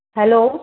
hello